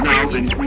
thousand